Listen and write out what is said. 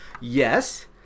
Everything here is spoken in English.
Yes